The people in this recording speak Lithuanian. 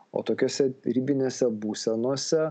o tokiose ribinėse būsenose